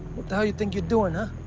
what the hell you think you doing, huh?